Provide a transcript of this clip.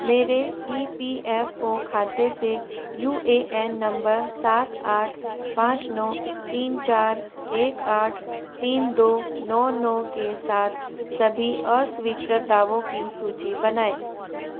मेरे E P F O खाते से यू ए एन नम्बर सात आठ पाँच नौ तीन चार एक आठ तीन दो नौ नौ के साथ सभी अस्वीकृत दावों की सूची बनाएँ